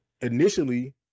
initially